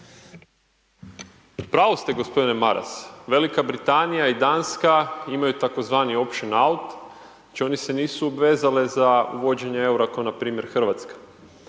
pravu ste gospodine Maras, Velika Britanija i Danska imaju takozvani option out, znači oni se nisu obvezale za uvođenje EUR-a kao npr. Hrvatska.